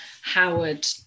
howard